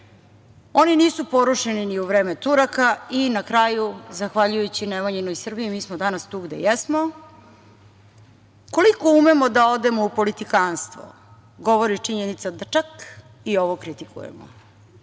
Oni nisu porušeni ni u vreme Turaka i, na kraju, zahvaljujući Nemanjinoj Srbiji mi smo danas tu gde jesmo. Koliko umemo da odemo u politikanstvo, govori činjenica da čak i ovo kritikujemo.